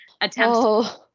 attempts